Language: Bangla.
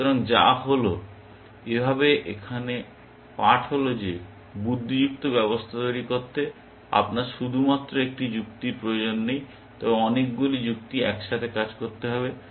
সুতরাং যা হল এইভাবে এখানে পাঠ হল যে বুদ্ধিযুক্ত ব্যবস্থা তৈরি করতে আপনার শুধুমাত্র একটি যুক্তির প্রয়োজন নেই তবে অনেকগুলি যুক্তি একসাথে কাজ করতে হবে